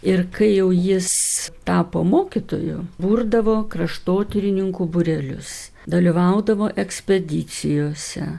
ir kai jau jis tapo mokytoju burdavo kraštotyrininkų būrelius dalyvaudavo ekspedicijose